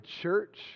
church